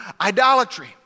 idolatry